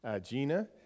Gina